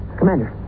Commander